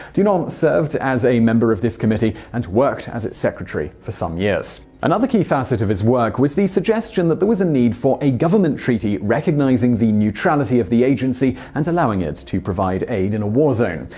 you know um served as a member of this committee and worked as its secretary for some years. another key facet of his work was the suggestion that there was a need for, a government treaty recognizing the neutrality of the agency and allowing it to provide aid in a war zone.